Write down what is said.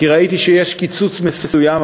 כי ראיתי שיש קיצוץ מסוים,